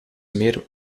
meer